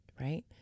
right